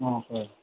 অঁ হয়